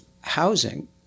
housing